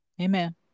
Amen